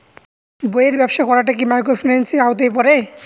বইয়ের ব্যবসা শুরু করাটা কি মাইক্রোফিন্যান্সের আওতায় পড়বে?